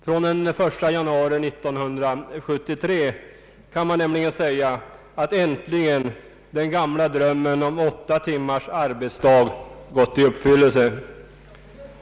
Från den 1 januari 1973 kan man nämligen säga att den gamla drömmen om åtta timmars arbetsdag äntligen går i uppfyllelse.